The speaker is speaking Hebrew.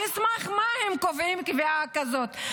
על סמך מה הם קובעים קביעה כזאת?